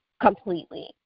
completely